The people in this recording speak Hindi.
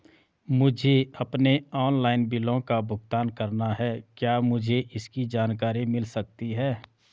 मुझे अपने ऑनलाइन बिलों का भुगतान करना है क्या मुझे इसकी जानकारी मिल सकती है?